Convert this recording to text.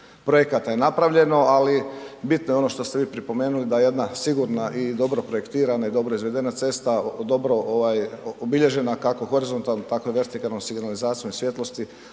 projekata je napravljeno, ali bitno je ono što ste vi pripomenuli da jedna sigurna i dobro projektirana i dobro izvedena cesta, dobro obilježena, kako horizontalnom, tako i vertikalnom signalizacijom svjetlosti,